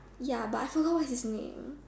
ya but I forgot what his name